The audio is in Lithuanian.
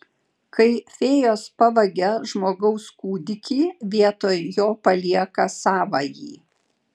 kai fėjos pavagia žmogaus kūdikį vietoj jo palieka savąjį